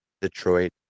Detroit